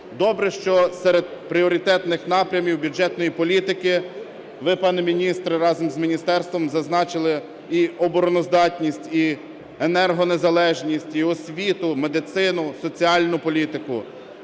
Добре, що серед пріоритетних напрямів бюджетної політики ви, пане міністре, разом з міністерством зазначили і обороноздатність, і енергонезалежність, і освіту, медицину, соціальну політику,